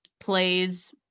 plays